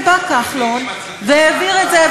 והנה, בא כחלון והעביר את זה.